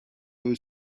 was